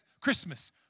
Christmas